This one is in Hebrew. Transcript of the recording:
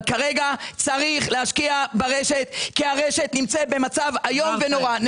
כרגע צריך להשקיע ברשת כי הרשת נמצאת במצב איום ונורא.